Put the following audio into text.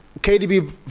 KDB